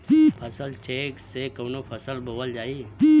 फसल चेकं से कवन फसल बोवल जाई?